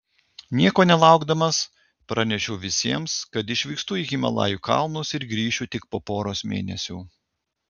nieko nelaukdamas pranešiau visiems kad išvykstu į himalajų kalnus ir grįšiu tik po poros mėnesių